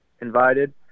invited